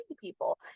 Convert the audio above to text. people